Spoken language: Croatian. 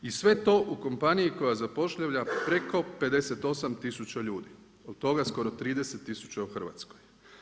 I sve to u kompaniji koja zapošljava preko 58000 ljudi, od toga skoro 30000 u Hrvatskoj.